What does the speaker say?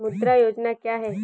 मुद्रा योजना क्या है?